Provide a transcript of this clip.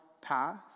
path